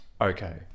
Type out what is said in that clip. okay